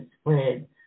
Spread